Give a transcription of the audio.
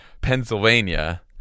Pennsylvania